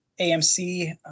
AMC